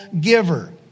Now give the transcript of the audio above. giver